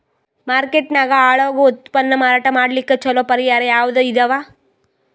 Market ನಾಗ ಹಾಳಾಗೋ ಉತ್ಪನ್ನ ಮಾರಾಟ ಮಾಡಲಿಕ್ಕ ಚಲೋ ಪರಿಹಾರ ಯಾವುದ್ ಇದಾವ?